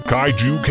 Kaiju